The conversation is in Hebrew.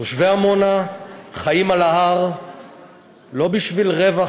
תושבי עמונה חיים על ההר לא בשביל רווח